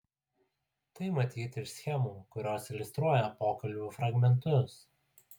tai matyti iš schemų kurios iliustruoja pokalbių fragmentus